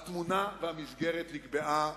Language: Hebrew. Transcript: התמונה, והמסגרת, נקבעה